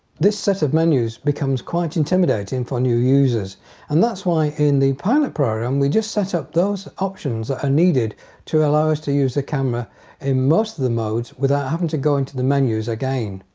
this set of menus becomes quite intimidating for new users and that's why in the pilot program we just set up those options that are needed to allow us to use the camera in most of the modes without having to go into the menus again.